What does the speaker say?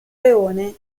leone